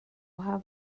have